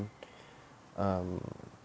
um